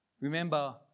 Remember